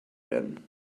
werden